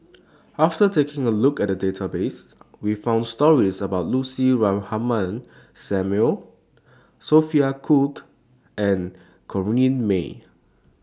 after taking A Look At The Database We found stories about Lucy Ratnammah Samuel Sophia Cooke and Corrinne May